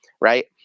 right